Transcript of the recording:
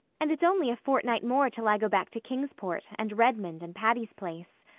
and it's only a fortnight more till i go back to kingsport, and redmond and patty's place.